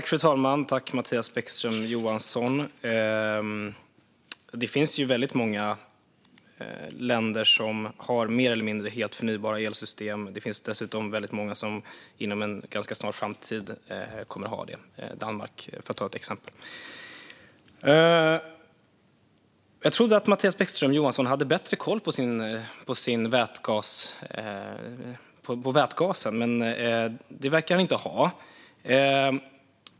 Fru talman! Det finns väldigt många länder som har mer eller mindre helt förnybara elsystem. Det finns dessutom väldigt många som inom en ganska snar framtid kommer att ha det, som Danmark för att ta ett exempel. Jag trodde att Mattias Bäckström Johansson hade bättre koll på vätgasen, men det verkar han inte ha.